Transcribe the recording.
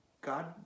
God